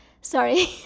sorry